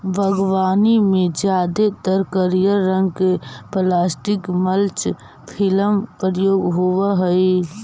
बागवानी में जादेतर करिया रंग के प्लास्टिक मल्च फिल्म प्रयोग होवऽ हई